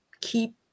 keep